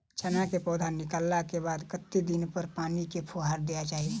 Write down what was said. चना केँ पौधा निकलला केँ बाद कत्ते दिन पर पानि केँ फुहार देल जाएँ?